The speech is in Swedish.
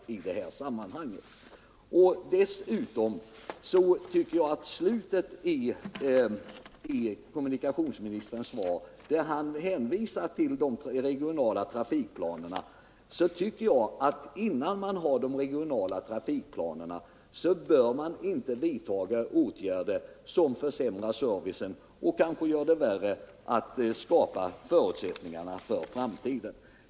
Kommunikationsministern hänvisar i slutet av svaret till de regionala trafikplanerna, men innan man har dessa regionala trafikplaner bör man inte vidta åtgärder som försämrar servicen och kanske gör det svårare att skapa förutsättningarna för framtiden.